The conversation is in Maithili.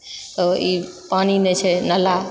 ओ ई पानि नहि छै नाला